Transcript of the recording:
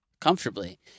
comfortably